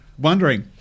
wondering